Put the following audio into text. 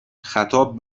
خطاب